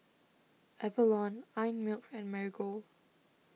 Avalon Einmilk and Marigold